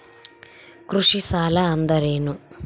ಕೃಷಿ ಸಾಲ ಅಂದರೇನು?